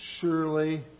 Surely